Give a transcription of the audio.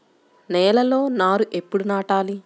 నేలలో నారు ఎప్పుడు నాటాలి?